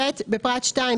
בפרט 2,